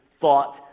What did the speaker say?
thought